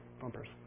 bumpers